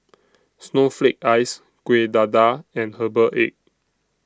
Snowflake Ice Kueh Dadar and Herbal Egg